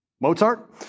Mozart